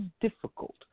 difficult